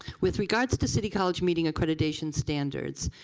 with regards to city college meeting accreditation standards